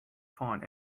find